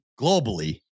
globally